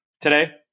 today